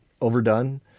overdone